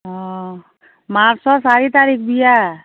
অঁ মাৰ্চৰ চাৰি তাৰিখ বিয়া